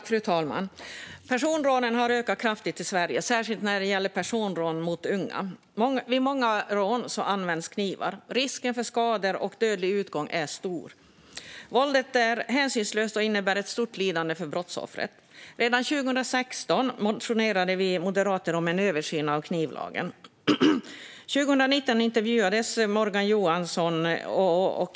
Fru talman! Personrånen har ökat kraftigt i Sverige, särskilt personrån mot unga. Vid många rån används knivar. Risken för skador och dödlig utgång är stor. Våldet är hänsynslöst och innebär ett stort lidande för brottsoffret. Redan 2016 motionerade vi moderater om en översyn av knivlagen. År 2019 intervjuades Morgan Johansson.